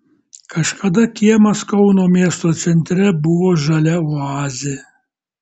kažkada kiemas kauno miesto centre buvo žalia oazė